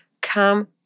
come